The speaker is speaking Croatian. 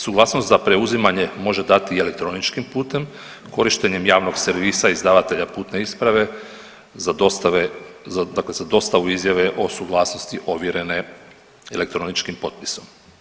Suglasnost za preuzimanje može dati i elektroničkim putem, korištenjem javnog servisa izdavatelja putne isprave za dostave, dakle za dostavu izjave o suglasnosti ovjerene elektroničkim potpisom.